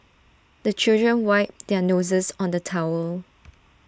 the children wipe their noses on the towel